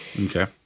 Okay